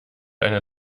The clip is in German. eine